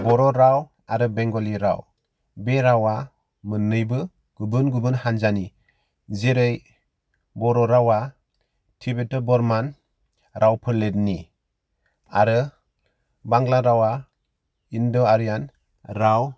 बर' राव आरो बेंगलि राव बे रावा मोनैबो गुबुन गुबुन हानजानि जेरै बर' रावा तिबेतियान बर्मान राव फोलेरनि आरो बांला रावा इण्ड' आरियान राव